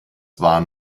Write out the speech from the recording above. waren